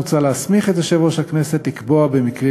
מוצע להסמיך את יושב-ראש הכנסת לקבוע במקרים